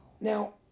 Now